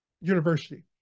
University